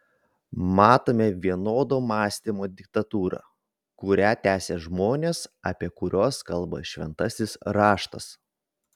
matome vienodo mąstymo diktatūrą kurią tęsia žmonės apie kuriuos kalba šventasis raštas